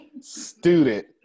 student